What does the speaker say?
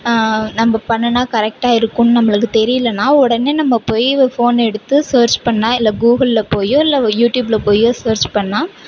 நம்ம பண்ணினா கரெக்ட்டா இருக்கும் நம்மளுக்கு தெரியலைன்னா உடனே நம்ம போய் ஒரு ஃபோன் எடுத்து சர்ச் பண்ணா இல்லை கூகுளில் போயோ இல்லை யூடியூபில் போயோ சர்ச் பண்ணிணா